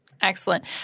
Excellent